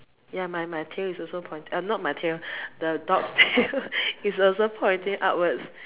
ya my my tail is also point~ err not my tail the dog's tail is also pointing upwards